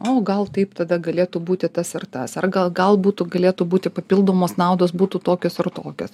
o gal taip tada galėtų būti tas ir tas ar gal gal būtų galėtų būti papildomos naudos būtų tokios ar tokios